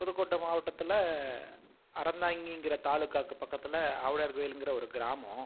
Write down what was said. புதுக்கோட்டை மாவட்டத்தில் அறந்தாங்கிங்கிற தாலுகாக்கு பக்கத்தில் ஆவுடையார் கோவில்ங்கிற ஒரு கிராமம்